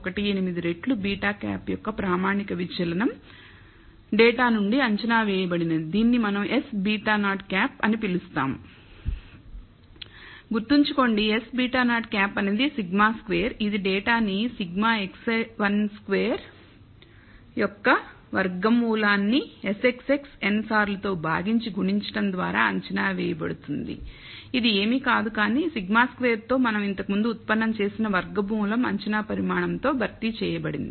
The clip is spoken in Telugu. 18 రెట్లు β̂ యొక్క ప్రామాణిక విచలనం డేటా నుండి అంచనా వేయబడినది దీనిని మనం s β̂0 అని పిలుస్తాము గుర్తుంచుకోండి s β̂0అనేది σ2 ఇది డేటా నీ σxi2 యొక్క వర్గం మూలాన్ని Sxx n సార్లు తో భాగించి గుణించడం ద్వారా అంచనా వేయబడుతుంది ఇది ఏమీ కాదు కానీ σ2 తో మనం ఇంతకు ముందు ఉత్పన్నం చేసిన వర్గమూలం అంచనా పరిమాణంతో భర్తీ చేయబడింది